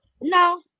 No